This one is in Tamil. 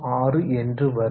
6 என்று வரும்